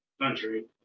country